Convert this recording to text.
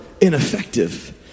ineffective